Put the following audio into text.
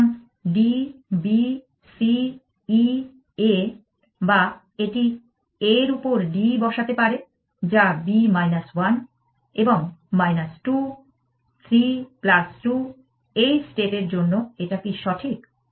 সুতরাং D B C E A বা এটি A এর উপর D বসাতে পারে যা B 1 এবং 2 3 2 এই স্টেট এর জন্য এটা কি সঠিক